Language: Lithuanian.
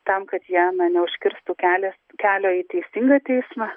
tam kad jie na neužkirstų kelio kelio į teisingą teismą